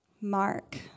Mark